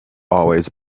always